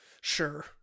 sure